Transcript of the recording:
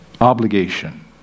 obligation